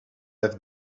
have